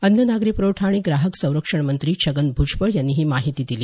अन्न नागरी पुरवठा आणि ग्राहक संरक्षण मंत्री छगन भुजबळ यांनी ही माहिती दिली